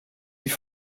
sie